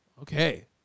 Okay